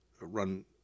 run